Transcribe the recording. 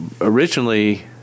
originally